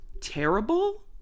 terrible